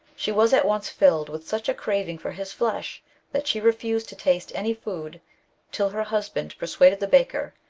she was at once filled with such a craving for his flesh that she refused to taste any food till her husband persuaded the baker,